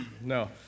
No